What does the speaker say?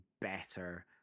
better